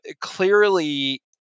clearly